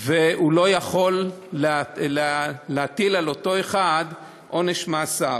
הוא לא יכול להטיל על אותו אחד עונש מאסר.